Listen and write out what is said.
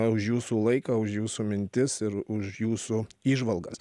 už jūsų laiką už jūsų mintis ir už jūsų įžvalgas